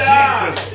Jesus